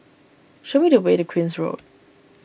show me the way to Queen's Road